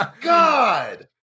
God